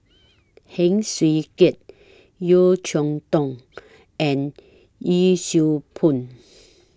Heng Swee Keat Yeo Cheow Tong and Yee Siew Pun